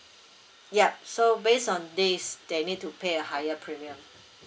yup so based on this they need to pay a higher premium